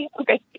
Okay